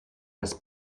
das